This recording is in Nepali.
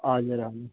हजुर हजुर